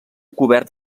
cobert